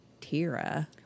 Tira